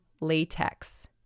latex